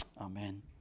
Amen